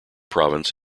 province